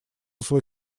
свой